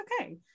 okay